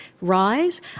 rise